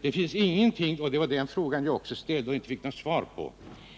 Det finns ingenting om detta där — och det var den frågan som jag också ställde men inte fick något svar på.